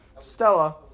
Stella